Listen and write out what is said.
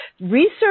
research